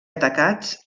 atacats